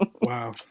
Wow